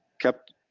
kept